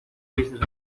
tristes